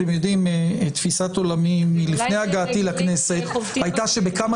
תפיסת עולמי לפני הגעתי לכנסת הייתה שבכמה